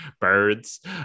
Birds